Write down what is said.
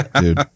dude